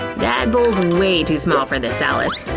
that bowl's way to small for this, alice.